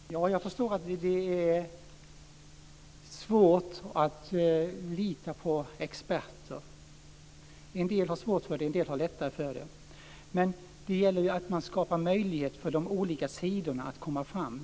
Fru talman! Jag förstår att det är svårt att lita på experter. En del har svårt för det. En del har lättare för det. Men det gäller ju att skapa möjlighet för de olika sidorna att komma fram.